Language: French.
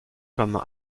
comme